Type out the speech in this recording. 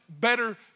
better